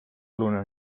oluline